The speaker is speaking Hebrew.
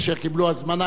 להגיע ביום שני,